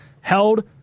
held